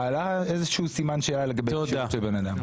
איזה שהוא סימן שאלה לגבי כשירות של בן אדם.